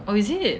oh is it